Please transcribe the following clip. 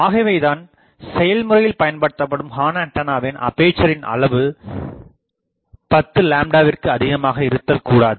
ஆகவேதான் செயல்முறையில் பயன்படுத்தப்படும் ஹார்ன் ஆண்டனாவின் அப்பேசரின் அளவு 10 விற்கு அதிகமாக இருத்தல்கூடாது